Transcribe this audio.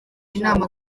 inama